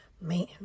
Man